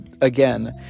again